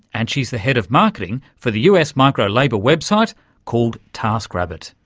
and she's the head of marketing for the us micro-labour website called taskrabbit.